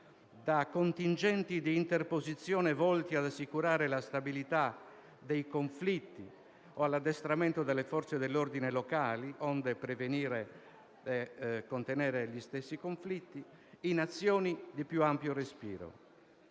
da contingenti di interposizione volti ad assicurare la stabilità dei conflitti o l'addestramento delle forze dell'ordine locali onde prevenirli e contenerli in azioni di più ampio respiro.